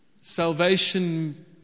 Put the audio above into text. Salvation